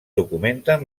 documenten